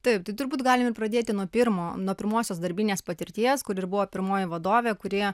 taip tai turbūt galim ir pradėti nuo pirmo nuo pirmosios darbinės patirties kur ir buvo pirmoji vadovė kuri